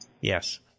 Yes